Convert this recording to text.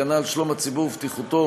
הגנה על שלום הציבור ובטיחותו,